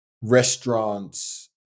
restaurants